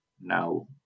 now